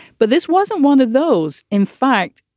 but this wasn't one of those. in fact,